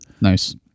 Nice